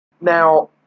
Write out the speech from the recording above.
Now